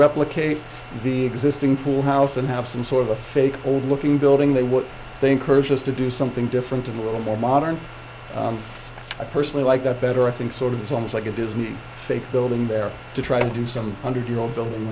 replicate the existing pool house and have some sort of a fake old looking building that what they encouraged us to do something different in the world more modern i personally like that better i think sort of it's almost like a disney fake building there to try to do some hundred year old building